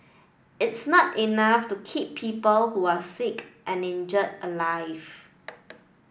it's not enough to keep people who are sick and injured alive